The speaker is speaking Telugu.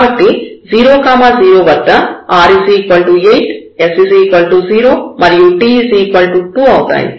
కాబట్టి 0 0 వద్ద r 8 s 0 మరియు t 2 అవుతాయి